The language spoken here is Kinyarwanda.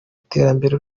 iterambere